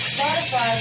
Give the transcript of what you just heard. Spotify